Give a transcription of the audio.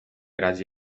raggi